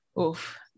Oof